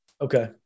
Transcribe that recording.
Okay